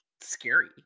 scary